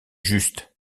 juste